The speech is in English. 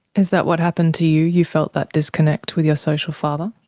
is that what happened to you, you felt that disconnect with your social father?